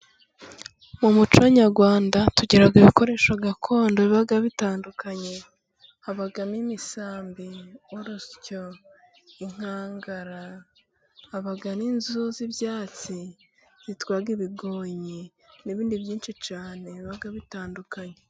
Mu muco nyarwanda tugira ibikoresho gakondo biba bitandukanye, habamo imisambi, urusyo, inkangara, habamo n'inzu z'ibyatsi zitwa ibigonyi, n'ibindi byinshi cyane biba bitandukanye.